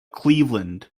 cleveland